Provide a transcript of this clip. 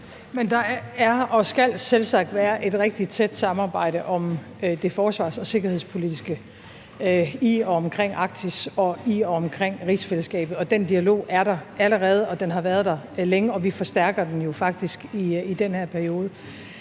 Der er og skal selvsagt være et rigtig tæt samarbejde om det forsvars- og sikkerhedspolitiske i og omkring Arktis og i og omkring rigsfællesskabet. Den dialog er der allerede, og den har været der længe, og vi forstærker den jo faktisk i den her periode.